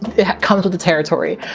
it comes with the territory.